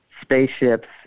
spaceships